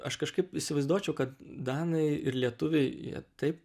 aš kažkaip įsivaizduočiau kad danai ir lietuviai jie taip